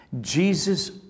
Jesus